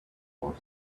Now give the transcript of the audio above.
was